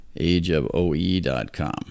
ageofoe.com